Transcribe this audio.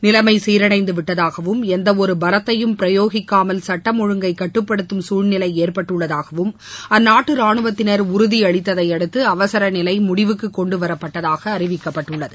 நிலைமை சீரடைந்துவிட்டதாகவும் எந்த ஒரு பலத்தையும் பிரயோகிக்காமல் சட்டம் ஒழுங்கை கட்டுப்படுத்தும் சூழ்நிலை ஏற்பட்டுள்ளதாகவும் அந்நாட்டு ரானுவத்தினர் உறுதியளித்ததையடுத்து அவர நிலை முடிவுக்கு கொண்டுவரப்பட்டதாக அறிவிக்கப்பட்டுள்ளது